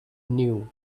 new